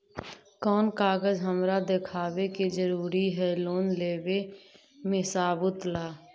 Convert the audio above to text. कौन कागज हमरा दिखावे के जरूरी हई लोन लेवे में सबूत ला?